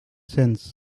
sense